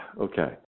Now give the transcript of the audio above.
okay